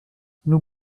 nous